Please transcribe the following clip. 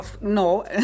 No